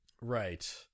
Right